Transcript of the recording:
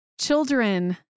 children